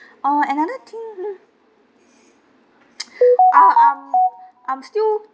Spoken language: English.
oh another thing ah I'm I'm still